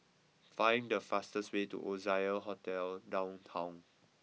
find the fastest way to Oasia Hotel Downtown